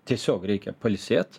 tiesiog reikia pailsėt